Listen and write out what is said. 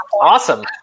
Awesome